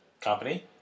company